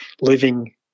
living